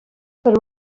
per